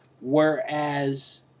Whereas